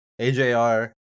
AJR